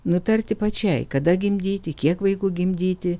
nutarti pačiai kada gimdyti kiek vaikų gimdyti